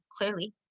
clearly